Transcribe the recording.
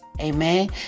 Amen